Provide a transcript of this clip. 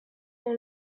dans